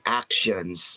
actions